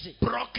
Broken